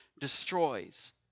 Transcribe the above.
destroys